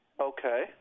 Okay